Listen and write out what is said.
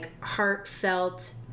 heartfelt